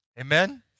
amen